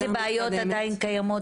אנחנו יודעים איזה בעיות עדיין קיימות